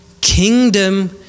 kingdom